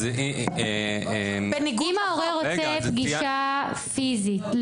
אם ההורה רוצה פגישה פיזית,